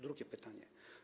Drugie pytanie.